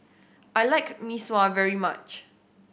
I like Mee Sua very much